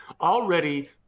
already